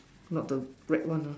not the red one lah